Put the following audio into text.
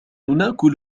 نأكل